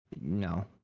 No